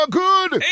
good